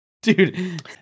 Dude